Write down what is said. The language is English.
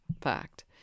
fact